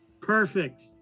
Perfect